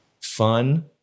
fun